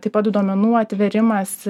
taip pat duomenų atvėrimas